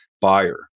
buyer